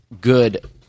good